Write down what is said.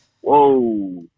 Whoa